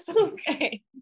okay